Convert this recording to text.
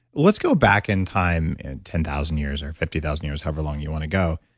let's go back in time and ten thousand years or fifty thousand years, however long you want to go,